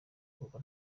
kuko